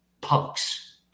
punks